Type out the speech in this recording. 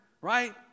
right